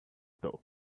door